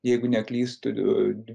jeigu neklystu